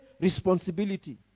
responsibility